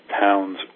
towns